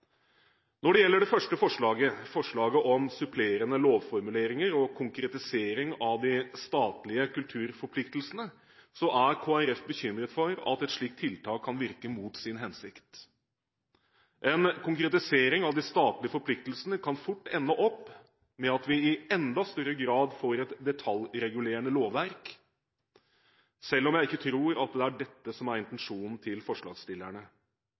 Når det gjelder det første forslaget, forslaget om supplerende lovformuleringer og konkretisering av de statlige kulturforpliktelsene, er Kristelig Folkeparti bekymret for at et slikt tiltak kan virke mot sin hensikt. En konkretisering av de statlige forpliktelsene kan fort ende opp med at vi i enda større grad får et detaljregulerende lovverk, selv om jeg ikke tror at det er dette som er intensjonen til forslagsstillerne.